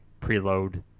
preload